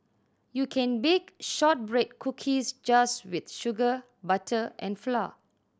you can bake shortbread cookies just with sugar butter and flour